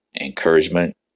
Encouragement